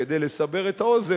רק כדי לסבר את האוזן,